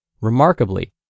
Remarkably